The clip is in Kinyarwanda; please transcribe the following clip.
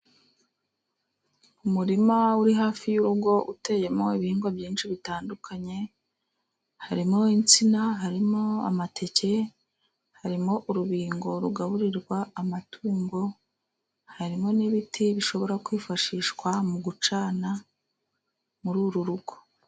Umurima uri hafi y'urugo uteyemo ibihingwa byinshi bitandukanye, harimo insina, harimo amateke, harimo urubingo rugaburirwa amatungo, harimo n'ibiti bishobora kwifashishwa mu gucana muri uru rugo.